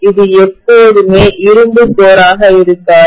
இது எப்போதுமே இரும்பு கோராக இருக்காது